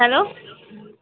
hello